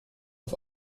auf